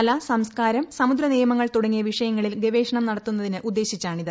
കല സംസ്കാരം സമുദ്ര നിയമങ്ങൾ തുടങ്ങിയ വിഷയങ്ങളിൽ ഗവേഷണം നടത്തുന്നതിനുദ്ദേശിച്ചാണിത്